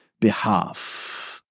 behalf